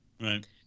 right